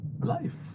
life